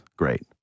great